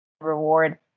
reward